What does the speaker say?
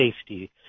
safety